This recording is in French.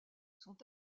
sont